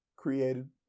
created